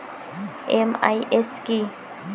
MIS কি?